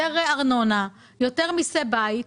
יותר ארנונה, יותר מיסי ועד.